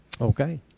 Okay